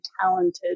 talented